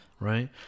right